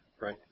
Right